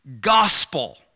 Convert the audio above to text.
gospel